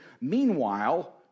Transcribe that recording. Meanwhile